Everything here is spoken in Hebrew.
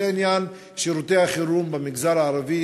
וזה עניין שירותי החירום במגזר הערבי,